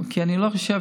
כי אני לא חושב